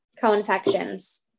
co-infections